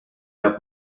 der